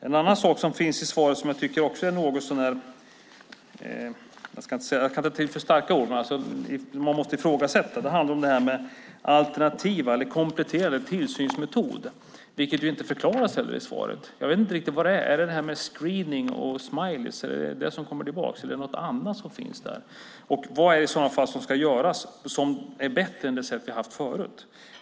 En annan sak som finns i svaret som jag tycker att man måste ifrågasätta - jag vill inte ta till för starka ord - är alternativa eller kompletterande tillsynsmetoder. Det förklaras inte i svaret. Jag vet inte riktigt vad det är. Är det screening och smileys som kommer tillbaka, eller är det någonting annat som finns där? Och vad är det i så fall som ska göras som är bättre än det sätt vi har haft förut?